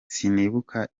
sinibuka